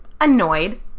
annoyed